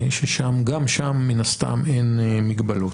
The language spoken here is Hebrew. שגם שם מן הסתם אין מגבלות.